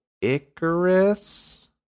icarus